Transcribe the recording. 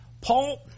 Paul